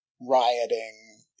rioting